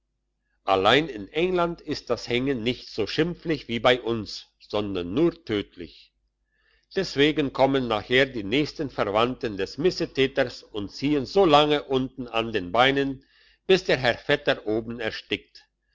allein in england ist das hängen nicht so schimpflich wie bei uns sondern nur tödlich deswegen kommen nachher die nächsten verwandten des missetäters und ziehn so lange unten an den beinen bis der herr vetter oben erstickt